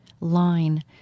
line